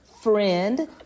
friend